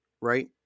right